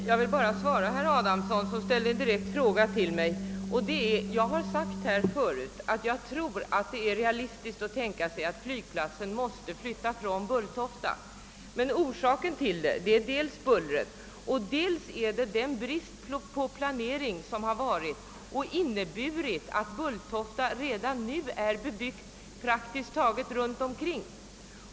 Herr talman! Jag vill svara herr Adamsson, som ställde en direkt fråga till mig. Jag har förut sagt att jag tror det är realistiskt att tänka sig att flytta flygplatsen från Bulltofta. Orsaken är dels bullret och dels den bristande planeringen, som medfört att Bulltofta nu är praktiskt taget kringbyggt.